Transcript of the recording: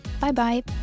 Bye-bye